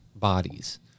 bodies